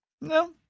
No